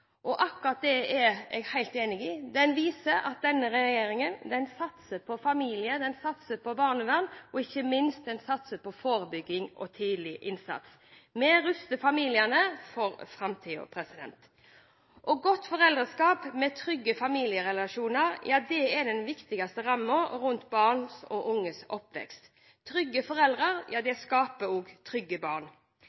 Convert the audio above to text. tar. Akkurat det er jeg helt enig i. Det viser at denne regjeringen satser på familie, den satser på barnevern og den satser ikke minst på forebygging og tidlig innsats. Vi ruster familiene for framtiden. Godt foreldreskap med trygge familierelasjoner er den viktigste rammen rundt barn og unges oppvekst. Trygge foreldre skaper trygge barn. Regjeringen er svært opptatt av det